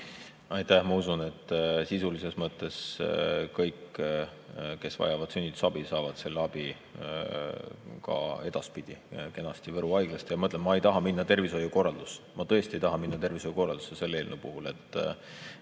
Ma usun, et sisulises mõttes kõik, kes vajavad sünnitusabi, saavad selle abi ka edaspidi kenasti Võru haiglast. Ma ütlen, ma ei taha minna tervishoiukorraldusse, ma tõesti ei taha minna tervishoiukorraldusse selle eelnõu puhul.